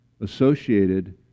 associated